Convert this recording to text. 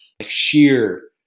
sheer